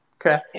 Okay